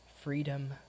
freedom